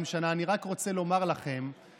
כדאי לכם להפסיק לרדוף את היהדות,